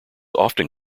often